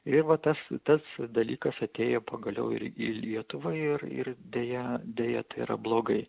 ir va tas tas dalykas atėjo pagaliau ir į į lietuvą ir ir deja deja tai yra blogai